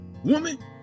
Woman